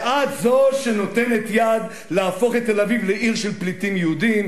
ואת זו שנותנת יד להפוך את תל-אביב לעיר של פליטים יהודים,